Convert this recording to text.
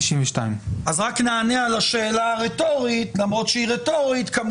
192. אז רק נענה על השאלה הרטורית: כמובן